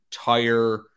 entire